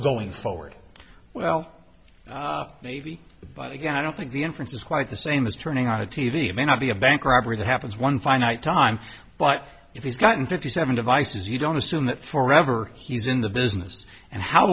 going forward well maybe but again i don't think the inference is quite the same as turning on a t v it may not be a bank robbery that happens one finite time but if he's gotten fifty seven devices you don't assume that forever he's in the business and how